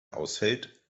ausfällt